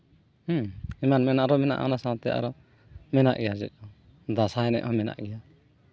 ᱦᱮᱸ ᱮᱢᱟᱱ ᱢᱮᱱᱟᱜᱼᱟ ᱚᱱᱟ ᱢᱮᱱᱟᱜᱼᱟ ᱟᱨᱚ ᱢᱮᱱᱟᱜ ᱜᱮᱭᱟ ᱪᱮᱫ ᱪᱚᱝ ᱫᱟᱸᱥᱟᱭ ᱮᱱᱮᱡ ᱦᱚᱸ ᱢᱮᱱᱟᱜ ᱜᱮᱭᱟ